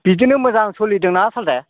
बिदिनो मोजां सोलिदोंना सालथे